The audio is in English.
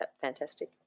fantastic